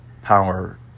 power